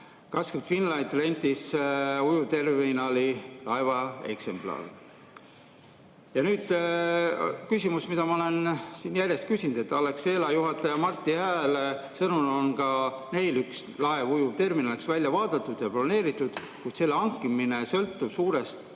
Gasgrid Finland rentis ujuvterminali laeva Exemplar. Ja nüüd tuleb küsimus, mida ma olen siin järjest küsinud. Alexela juhataja Marti Hääle sõnul on ka neil üks laev ujuvterminaliks välja vaadatud ja broneeritud, kuid selle hankimine sõltub suuresti